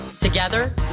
Together